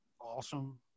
awesome